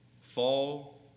fall